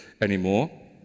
anymore